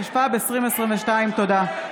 התשפ"ב 2022. תודה.